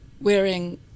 wearing